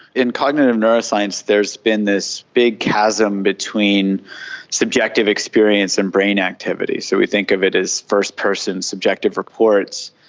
in cognitive neuroscience there has been this big chasm between subjective experience and brain activity. so we think of it as first-person subjective reports,